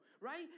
right